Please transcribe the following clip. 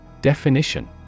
Definition